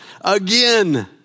again